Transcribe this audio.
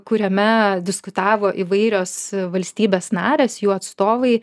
kuriame diskutavo įvairios valstybės narės jų atstovai